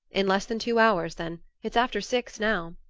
in less than two hours, then it's after six now.